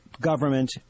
government